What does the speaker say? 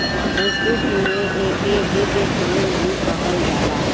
संस्कृत में एके दिव्य फूल भी कहल जाला